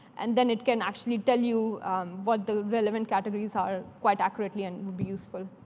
and then it can actually tell you what the relevant categories are quite accurately, and will be useful.